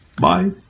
Bye